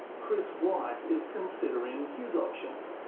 chris white is considering his options,